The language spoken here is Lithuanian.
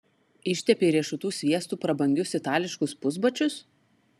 ištepei riešutų sviestu prabangius itališkus pusbačius